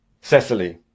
Cecily